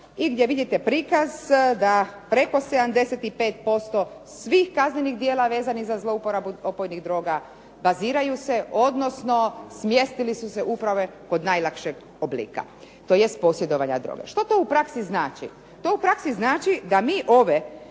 i gdje vidite prikaz da preko 75% svih kaznenih djela vezanih za zlouporabu opojnih droga baziraju se odnosno smjestili su se upravo kod najlakšeg oblika tj. posjedovanja droga. Što to u praksi znači? To u praksi znači da mi ove